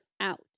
out